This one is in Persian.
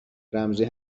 رمزی